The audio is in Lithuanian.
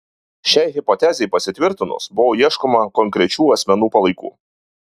šiai hipotezei pasitvirtinus buvo ieškoma konkrečių asmenų palaikų